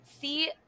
see